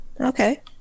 Okay